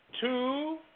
two